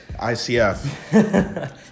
ICF